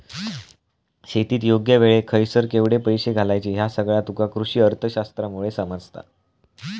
शेतीत योग्य वेळेक खयसर केवढे पैशे घालायचे ह्या सगळा तुका कृषीअर्थशास्त्रामुळे समजता